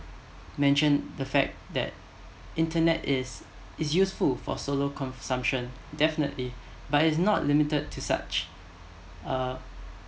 mention the fact that internet is is useful for solo consumption definitely but it is not limited to such uh